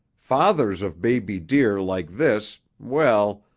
fathers of baby deer like this, well,